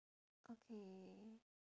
okay